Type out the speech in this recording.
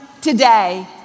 today